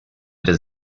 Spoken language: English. does